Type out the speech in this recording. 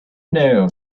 know